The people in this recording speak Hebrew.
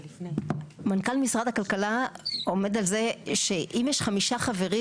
מנכ"ל משרד הכלכלה עומד על זה שאם יש חמישה חברים,